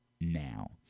now